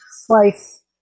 slice